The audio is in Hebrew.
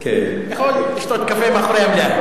יכול לשתות קפה מאחורי המליאה.